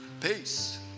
Peace